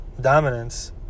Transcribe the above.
dominance